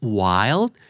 wild